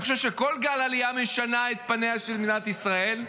אני חושב שכל גל עלייה משנה את פניה של מדינת ישראל.